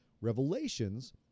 revelations